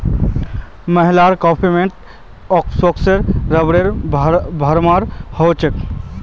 महिलार कॉस्मेटिक्स बॉक्सत रबरेर भरमार हो छेक